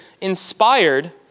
inspired